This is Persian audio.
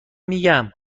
میگم